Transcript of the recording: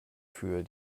für